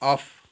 of